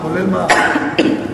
כולל מע"מ.